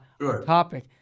topic